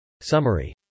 Summary